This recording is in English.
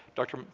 dr.